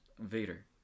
Vader